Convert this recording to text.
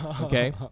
Okay